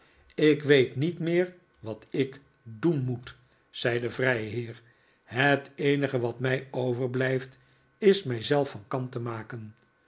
ik weet niet meer wat ik doen moet zei de vrijheer het eenige wat mij overblijft is mij zelf van kant te maken